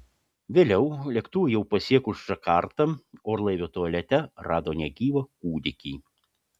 vėliau lėktuvui jau pasiekus džakartą orlaivio tualete rado negyvą kūdikį